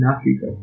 Africa